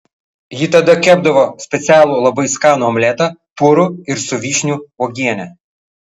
ji tada kepdavo specialų labai skanų omletą purų ir su vyšnių uogiene